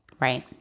Right